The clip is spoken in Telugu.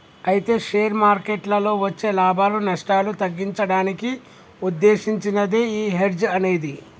అయితే షేర్ మార్కెట్లలో వచ్చే లాభాలు నష్టాలు తగ్గించడానికి ఉద్దేశించినదే ఈ హెడ్జ్ అనేది